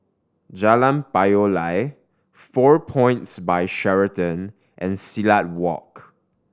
Jalan Payoh Lai Four Points By Sheraton and Silat Walk